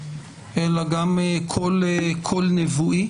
אלא גם היה קול נבואי.